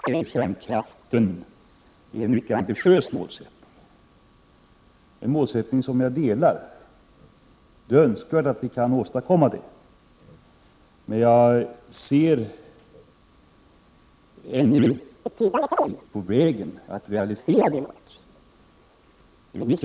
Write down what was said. Herr talman! Sveriges mål, att komma bort från koldioxid och kärnkraft, är en mycket ambitiös målsättning. Det är önskvärt att vi kan uppnå detta mål, och jag delar förhoppningarna om detta. Men jag ser ännu betydande problem på vägen, innan vi kan realisera det målet.